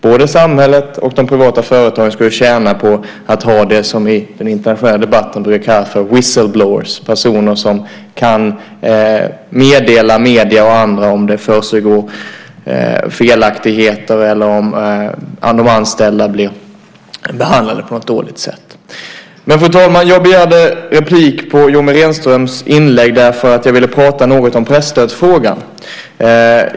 Både samhället och de privata företagen skulle tjäna på att ha det som i den internationella debatten brukar kallas för whistle blowers , personer som kan meddela medierna och andra om det försiggår felaktigheter eller om de anställda blir behandlade på ett dåligt sätt. Fru talman! Jag begärde replik på Yoomi Renströms inlägg därför att jag ville tala något om presstödsfrågan.